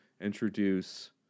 introduce